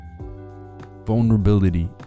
Vulnerability